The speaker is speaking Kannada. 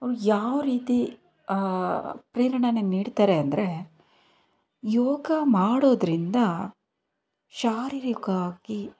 ಅವರ ಯಾವ ರೀತಿ ಪ್ರೇರಣೇನ ನೀಡ್ತಾರೆ ಅಂದರೆ ಯೋಗ ಮಾಡೋದ್ರಿಂದ ಶಾರೀರಿಕವಾಗಿ